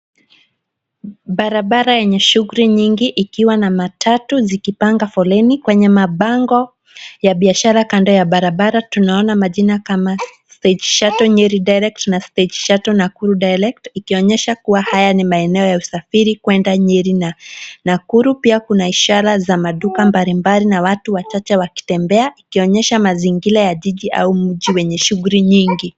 Barabara yenye shughuli nyingi ikiwa na matatu zikipanga foleni. Kwenye mabango ya biashara kando ya barabara tunaona majina kama Space shuttle Nyeri Direct na Space shuttle Nakuru Direct, ikionyesha kuwa haya ni maeneo ya usafiri, kwenda Nyeri na Nakuru pia kuna ishara za maduka mbalimbali na watu wachache wakitembea ikionyesha mazingira ya jiji au mji wenye shughuli nyingi.